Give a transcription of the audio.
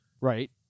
right